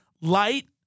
Light